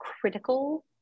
critical